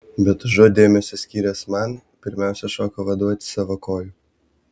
bet užuot dėmesio skyręs man pirmiausia šoko vaduoti savo kojų